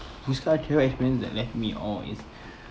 travel experience that left me awe is